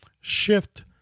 shift